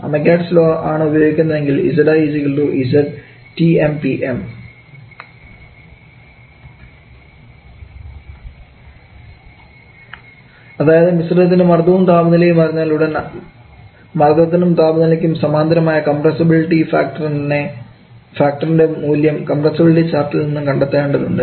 Amagat's law ആണ് ഉപയോഗിക്കുന്നതെങ്കിൽ 𝑍𝑖 𝑍𝑇𝑚 𝑃𝑚 അതായത് മിശ്രിതത്തിൻറെ മർദവും താപനിലയും അറിഞ്ഞാൽ ഉടൻ മർദ്ദത്തിനും താപനിലയ്ക്കും സമാന്തരമായ കംപ്രസ്ബിലിറ്റി ഫാക്ടറിൻറെ മൂല്യം കംപ്രസ്ബിലിറ്റി ചാർട്ടിൽ നിന്നും കണ്ടെത്തേണ്ടതുണ്ട്